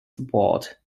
spot